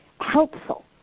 helpful